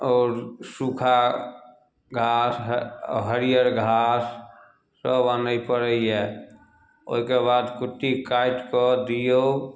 आओर सूखा घास हरिअर घास सब आनैए पड़ैए ओहिके बाद कुट्टी काटिके दिऔ